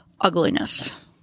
ugliness